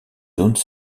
zones